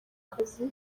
kazi